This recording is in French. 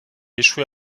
échoué